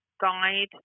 guide